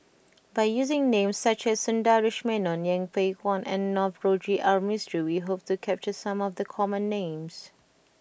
by using names such as Sundaresh Menon Yeng Pway Ngon and Navroji R Mistri we hope to capture some of the common names